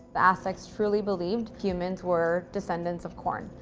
aztecs truly believed humans were descendants of corn,